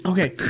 Okay